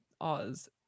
Oz